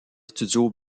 studios